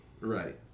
Right